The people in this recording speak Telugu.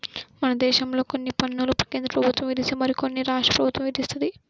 మనదేశంలో కొన్ని పన్నులు కేంద్రప్రభుత్వం విధిస్తే మరికొన్ని రాష్ట్ర ప్రభుత్వం విధిత్తది